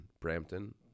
Brampton